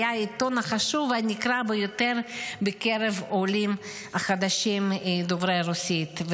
שהיה העיתון החשוב והנקרא ביותר בקרב העולים החדשים דוברי הרוסית.